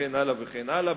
וכן הלאה וכן הלאה,